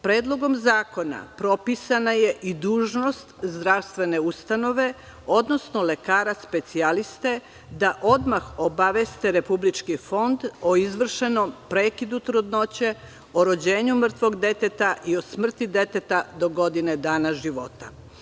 Predlogom zakona propisana je i dužnost zdravstvene ustanove odnosno lekara specijaliste da odmah obaveste republički fond o izvršenom prekidu trudnoće, rođenju mrtvog deteta i o smrti deteta do godinu dana života.